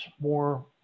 more